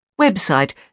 website